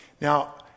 Now